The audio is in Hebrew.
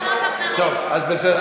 טוב, אז בסדר.